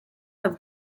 have